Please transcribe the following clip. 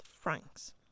francs